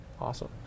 Awesome